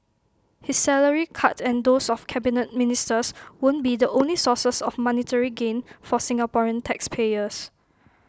his salary cut and those of Cabinet Ministers won't be the only sources of monetary gain for Singaporean taxpayers